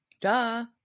Duh